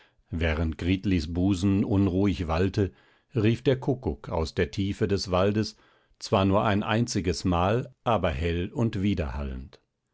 während gritlis busen unruhig wallte rief der kuckuck aus der tiefe des waldes zwar nur ein einziges mal aber hell und widerhallend